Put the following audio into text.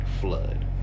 Flood